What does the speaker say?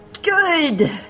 Good